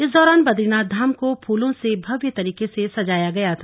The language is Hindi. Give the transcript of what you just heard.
इस दौरान बदरीनाथ धाम को फूलों से भव्य तरीके से सजाया गया था